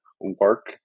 work